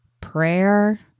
prayer